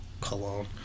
Cologne